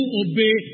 obey